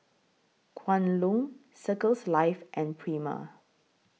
Kwan Loong Circles Life and Prima